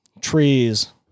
trees